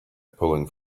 pulling